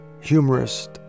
humorist